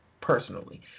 personally